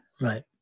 Right